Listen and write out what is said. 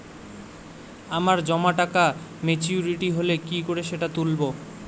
আমার জমা টাকা মেচুউরিটি হলে কি করে সেটা তুলব?